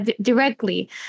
directly